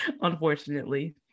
unfortunately